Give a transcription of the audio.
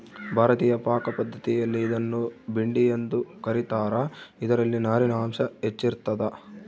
ಭಾರತೀಯ ಪಾಕಪದ್ಧತಿಯಲ್ಲಿ ಇದನ್ನು ಭಿಂಡಿ ಎಂದು ಕ ರೀತಾರ ಇದರಲ್ಲಿ ನಾರಿನಾಂಶ ಹೆಚ್ಚಿರ್ತದ